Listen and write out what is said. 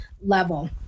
level